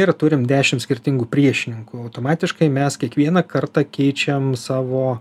ir turime dešimt skirtingų priešininkų automatiškai mes kiekvieną kartą keičiam savo